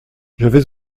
j’avais